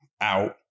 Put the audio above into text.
out